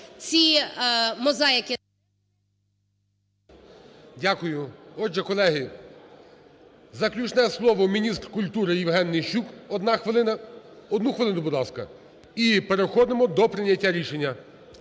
Дякую. Отже, колеги, заключне слово, міністр культури Євген Нищук, 1 хвилина. Одну хвилину, будь ласка. І переходимо до прийняття рішення.